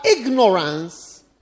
ignorance